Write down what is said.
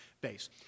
base